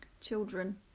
children